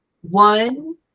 one